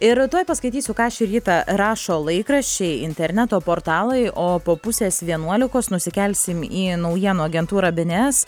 ir tuoj paskaitysiu ką šį rytą rašo laikraščiai interneto portalai o po pusės vienuolikos nusikelsim į naujienų agentūrą bėnėes